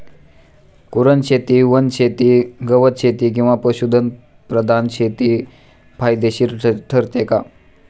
कुरणशेती, वनशेती, गवतशेती किंवा पशुधन प्रधान शेती फायदेशीर ठरते का?